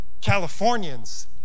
Californians